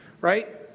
right